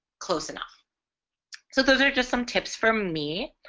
close enough so those are just some tips from me